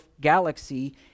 galaxy